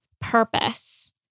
purpose